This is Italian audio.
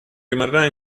rimarrà